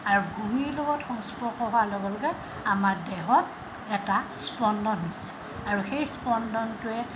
আৰু ভূমিৰ লগত সংস্পৰ্শ হোৱাৰ লগে লগে আমাৰ দেহত এটা স্পন্দন হৈছে আৰু সেই স্পন্দনটোৱে